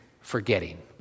forgetting